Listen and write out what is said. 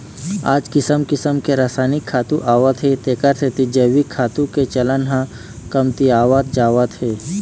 आज किसम किसम के रसायनिक खातू आवत हे तेखर सेती जइविक खातू के चलन ह कमतियावत जावत हे